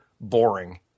boring